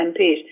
MPs